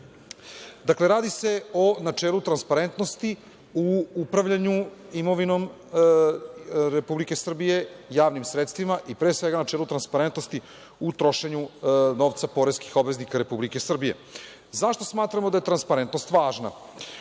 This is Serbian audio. radi se o načelu transparentnosti u upravljanju imovinom Republike Srbije, javnim sredstvima i pre svega načelu transparentnosti u trošenju novca poreskih obveznika Republike Srbije.Zašto smatramo da je transparentnost važna?